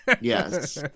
yes